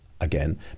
again